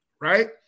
Right